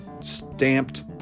stamped